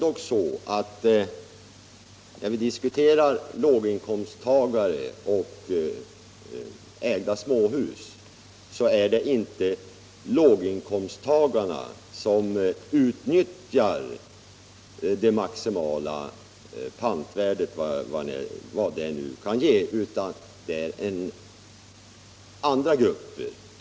Och när vi diskuterar låginkomsttagare och ägda småhus bör vi ändock tänka på att det inte är låginkomsttagarna som utnyttjar det maximala pantvärdet, vad det nu kan ge, utan det är andra grupper.